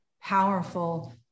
powerful